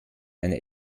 eine